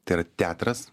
tai yra teatras